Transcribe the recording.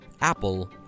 Apple